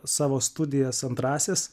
savo studijas antrąsias